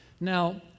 Now